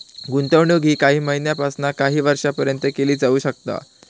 गुंतवणूक ही काही महिन्यापासून काही वर्षापर्यंत केली जाऊ शकता